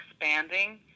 expanding